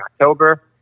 October